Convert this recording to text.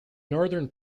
northern